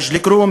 מג'ד-אלכרום,